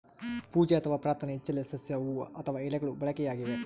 ಪೂಜೆ ಅಥವಾ ಪ್ರಾರ್ಥನೆ ಇಚ್ಚೆಲೆ ಸಸ್ಯ ಹೂವು ಅಥವಾ ಎಲೆಗಳು ಬಳಕೆಯಾಗಿವೆ